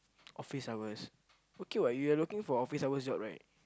office hours okay what you are looking for office hours job right